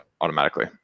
automatically